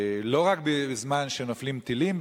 לא רק בזמן שנופלים טילים,